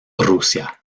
rusia